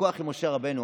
עם משה רבנו.